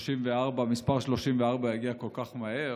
שמס' 34 יגיע כל כך מהר.